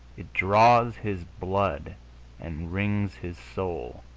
it draws his blood and wrings his soul.